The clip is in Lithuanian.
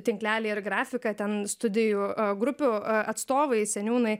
tinklelį ir grafiką ten studijų grupių atstovai seniūnai